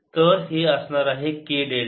तर हे असणार आहे k डेल्टा